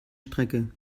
strecke